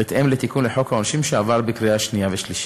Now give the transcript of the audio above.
בהתאם לתיקון לחוק העונשין שעבר בקריאה שנייה ושלישית.